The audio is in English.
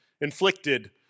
inflicted